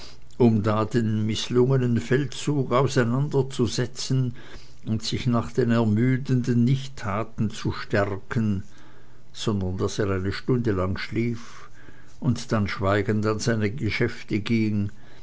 um da den mißlungenen feldzug auseinanderzusetzen und sich nach den ermüdenden nichttaten zu stärken sondern daß er eine stunde lang schlief und dann schweigend an seine geschäfte ging